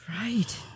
Right